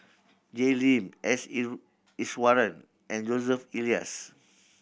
Jay Lim S Iswaran and Joseph Elias